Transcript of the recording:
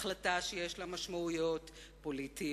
החלטה שיש לה משמעויות פוליטיות,